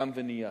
קם ונהיה.